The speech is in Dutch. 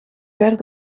ver